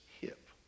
hip